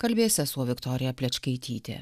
kalbės sesuo viktorija plečkaitytė